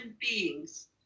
beings